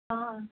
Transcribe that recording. ꯑꯥ ꯑ